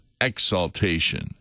exaltation